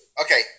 okay